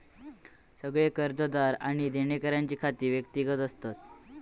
सगळे कर्जदार आणि देणेकऱ्यांची खाती व्यक्तिगत असतत